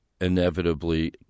inevitably